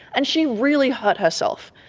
and she really hurt herself.